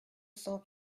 cent